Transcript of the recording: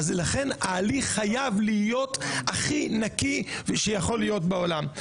לכן ההליך חייב להיות הכי נקי שיכול להיות בעולם.